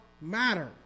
matter